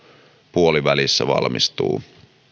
puolivälissä valmistuu